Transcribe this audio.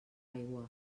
aigua